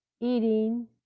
eating